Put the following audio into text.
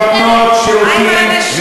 שנותנות שירותים,